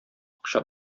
акча